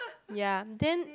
yea then